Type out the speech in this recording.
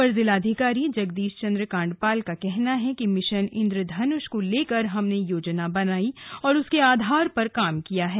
अपर जिलाधिकारी जगदीश चंद्र कांडपाल का कहना है कि मिशन इंद्रधनुष को लेकर हमने योजना बनाई और उसके आधार पर काम किया है